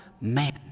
man